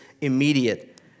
immediate